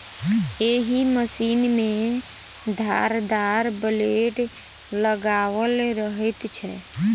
एहि मशीन मे धारदार ब्लेड लगाओल रहैत छै